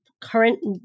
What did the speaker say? current